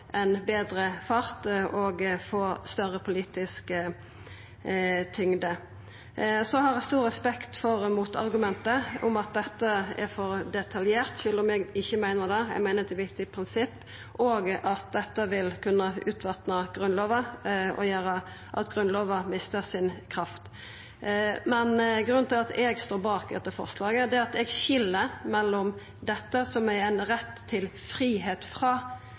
betre fart og få større politisk tyngde. Eg har stor respekt for motargumentet, om at dette er for detaljert – sjølv om eg ikkje meiner det, eg meiner at det er eit viktig prinsipp – og at dette vil kunna utvatna Grunnlova og gjera at Grunnlova mister si kraft. Men grunnen til at eg står bak dette forslaget, er at eg skil mellom det som er ein rett til fridom frå